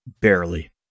Barely